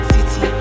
City